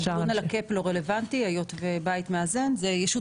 הדיון על הקאפ לא רלוונטי היות ובית מאזן הוא ישות